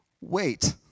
wait